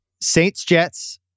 Saints-Jets